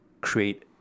create